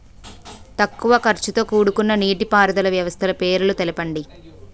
తక్కువ ఖర్చుతో కూడుకున్న నీటిపారుదల వ్యవస్థల పేర్లను తెలపండి?